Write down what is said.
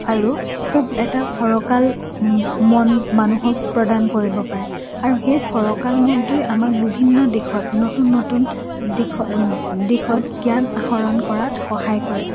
আৰু খুব এটা ফৰকাল মন মানুহক প্ৰদান কৰিব পাৰে আৰু সেই ফৰকাল মনটোৱে আমাক বিভিন্ন দিশত নতুন নতুন দিশত দিশত জ্ঞান আহৰণ কৰাত সহায় কৰে